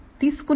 తీసుకునే